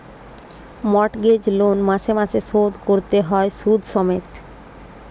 mortgage loan মাসে মাসে শোধ কোরতে হয় শুধ সমেত